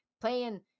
playing